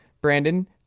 brandon